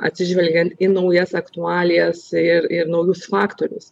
atsižvelgiant į naujas aktualijas ir ir naujus faktorius